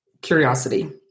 curiosity